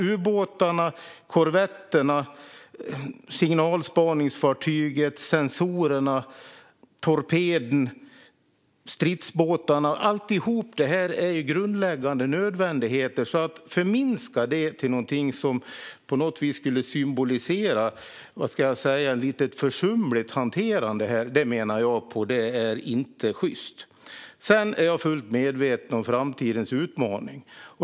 Ubåtarna, korvetterna, signalspaningsfartyget, sensorerna, torpeden och stridsbåtarna är alla grundläggande nödvändigheter. Att förminska det till något som skulle symbolisera ett lite försumligt hanterande här är inte sjyst. Sedan är jag fullt medveten om framtidens utmaning.